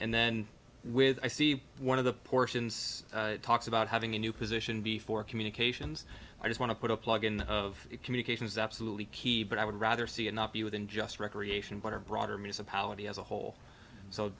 and then with i see one of the portions talks about having a new position before communications i just want to put a plug in of communication is absolutely key but i would rather see it not be within just recreation but a broader municipality as a whole so